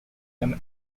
them